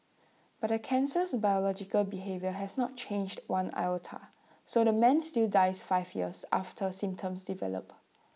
but the cancer's biological behaviour has not changed one iota so the man still dies five years after symptoms develop